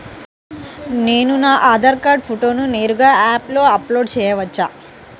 నేను నా ఆధార్ కార్డ్ ఫోటోను నేరుగా యాప్లో అప్లోడ్ చేయవచ్చా?